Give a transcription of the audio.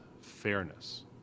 fairness